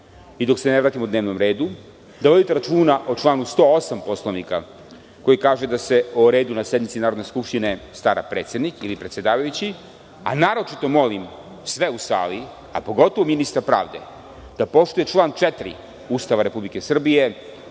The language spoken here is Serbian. i dok se ne vratimo dnevnom redu, da vodite računa o članu 108. Poslovnika, koji kaže da se o redu na sednici Narodne skupštine stara predsednik ili predsedavajući. Naročito molim sve u sali, a pogotovo ministra pravde da poštuje član 4. Ustava Republike Srbije.